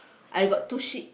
I got two sheep